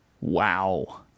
Wow